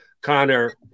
Connor